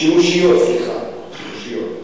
שימושיות, סליחה, שימושיות.